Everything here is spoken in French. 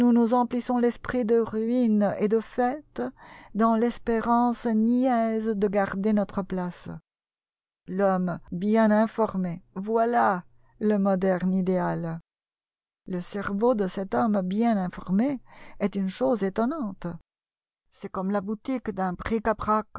emplissons l'esprit d'un fatras de faits dans l'espérance niaise de garder notre place l'homme bien informé voilà le moderne idéal le cerveau de cet homme bien informé est une chose étonnante c'est comme la boutique d'un